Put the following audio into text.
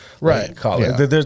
right